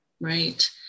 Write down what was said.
Right